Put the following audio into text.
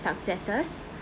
successes